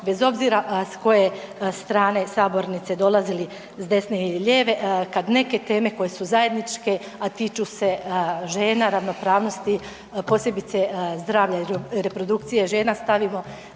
bez obzira s koje strane sabornice dolazili s desne ili lijeve. Kad neke teme koje su zajedničke, a tiču se žena, ravnopravnosti, posebice zdravlja i reprodukcije žena stavimo